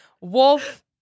Wolf